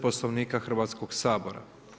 Poslovnika Hrvatskog sabora.